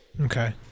Okay